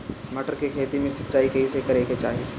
मटर के खेती मे सिचाई कइसे करे के चाही?